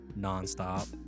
nonstop